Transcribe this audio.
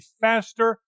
faster